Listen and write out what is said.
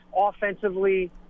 offensively –